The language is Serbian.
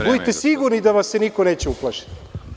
Budite sigurni da vas se niko neće uplašiti.